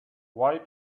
why